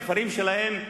לכפרים שלהם,